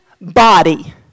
body